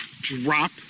drop